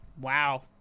Wow